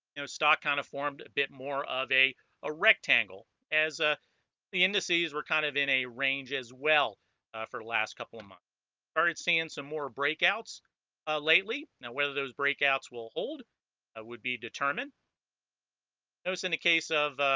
you know stock kind of formed a bit more of a a rectangle as ah the indices were kind of in a range as well for the last couple of months all right seeing some more breakouts ah lately now whether those breakouts will hold would be determined it was in the case of